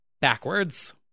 backwards